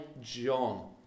John